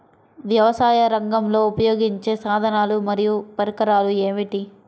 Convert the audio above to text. వ్యవసాయరంగంలో ఉపయోగించే సాధనాలు మరియు పరికరాలు ఏమిటీ?